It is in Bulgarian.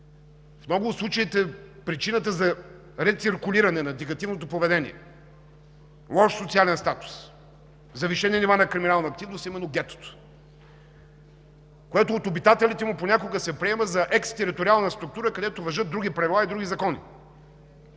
В много от случаите причината за рециркулиране на негативното поведение – лош социален статус, завишени нива на криминална активност, е именно гетото, което от обитателите му понякога се приема за екстериториална структура, където важат други правила и други закони.